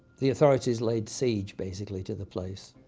the authorities laid siege, basically, to the place.